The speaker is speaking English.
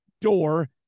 door